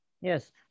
Yes